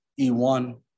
E1